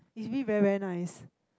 he's really very very nice